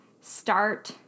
start